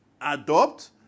adopt